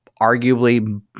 arguably